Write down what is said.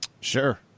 Sure